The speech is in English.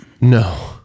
No